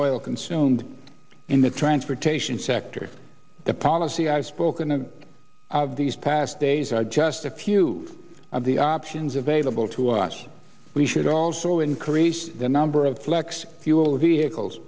oil consumed in the transportation sector the policy i've spoken to these past days are just a few of the options available to us we should also increase the number of flex fuel vehicles